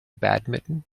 badminton